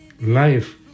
life